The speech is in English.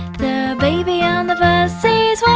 the baby on the bus says